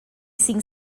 cinc